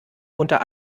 unter